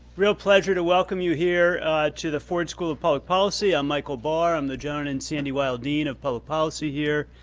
real pleasure to welcome you here to the ford school of public policy. i'm michael barr, i'm the joan and sandy weill dean of public policy here.